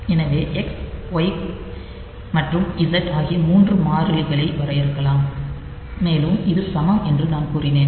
எனவே X Y மற்றும் Z ஆகிய 3 மாறிலிகளை வரையறுக்கிறோம் மேலும் இது சமம் என்று நான் கூறினேன்